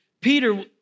Peter